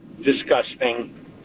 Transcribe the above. disgusting